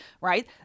right